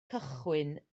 cychwyn